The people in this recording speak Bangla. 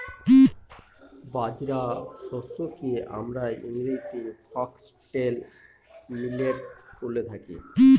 বাজরা শস্যকে আমরা ইংরেজিতে ফক্সটেল মিলেট বলে থাকি